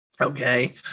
Okay